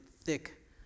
thick